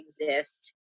exist